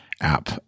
app